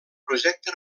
projecte